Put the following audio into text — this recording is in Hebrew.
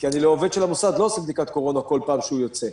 כי אני לעובד של המוסד לא עושה בדיקת קורונה כל פעם שהוא יוצא.